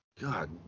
God